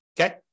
okay